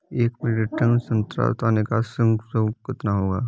एक metric tonne संतरा उतारने का श्रम शुल्क कितना होगा?